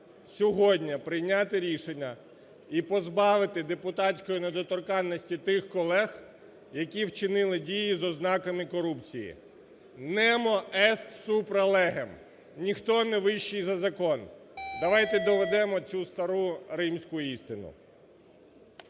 сьогодні прийняти рішення і позбавити депутатської недоторканності тих колег, які вчинили дії з ознаками корупції. Nemo est supra leges – ніхто не вищій за закон. Давайте доведемо цю стару римську істину.